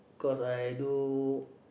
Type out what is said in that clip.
cause I do